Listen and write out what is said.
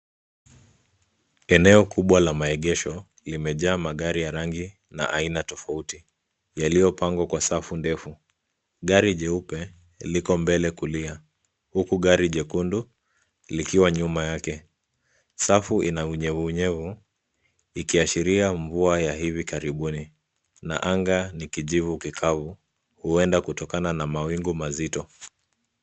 Eneo kubwa la maegesho, limejaa magari ya rangi na aina tofauti yaliyopangwa kwa safu ndefu . Gari jeupe liko mbele kulia, huku gari jekundu likiwa nyuma yake. Safu ina unyevu unyevu ikiashiria mvua ya hivi karibuni, na anga ni kijivu kikavu huenda kutokana na mawingu mazito.